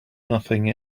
nothing